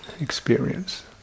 experience